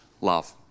love